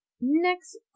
next